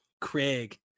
Craig